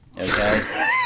okay